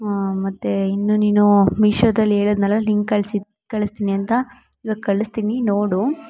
ಮತ್ತೆ ಇನ್ನು ನೀನು ಮೀಶೋದಲ್ಲಿ ಹೇಳಿದ್ನಲ್ಲ ಲಿಂಕ್ ಕಳಿಸಿ ಕಳಿಸ್ತೀನಿ ಅಂತ ಇವಾಗ ಕಳಿಸ್ತೀನಿ ನೋಡು